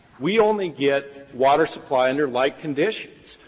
we only get water supply under like conditions.